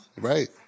Right